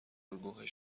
الگوهای